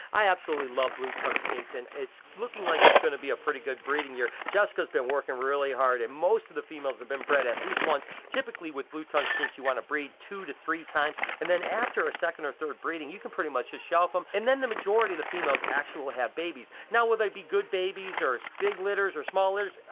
i absolutely love blue-tongue skinks, and it's looking like it's going to be a pretty good breeding year. jessica's been working really hard, and most of the females have been bred at least once. typically, with blue-tongue skinks you want to breed two to three times, and then after a second or third breeding, you can pretty much just shelf them. um and then the majority of the females actually have babies. now, will they be good babies or big litters or small litters,